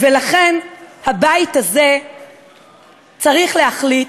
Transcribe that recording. לכן, הבית הזה צריך להחליט,